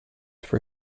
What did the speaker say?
for